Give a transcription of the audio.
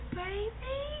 baby